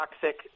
toxic